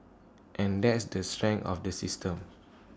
and that's the strength of the system